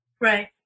Right